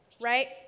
right